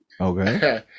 Okay